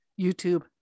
YouTube